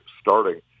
starting